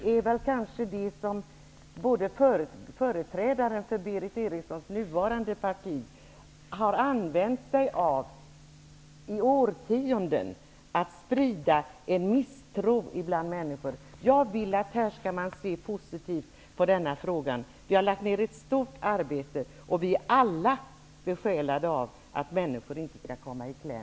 Men det kanske är det som företrädare för Berith Erikssons nuvarande parti har gjort i årtionden, dvs. att sprida en misstro bland människor. Jag vill att vi här skall se positivt på denna fråga. Vi har lagt ned ett stort arbete, och vi är alla -- inte bara vänstern -- besjälade av att människor inte skall komma i kläm.